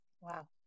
Wow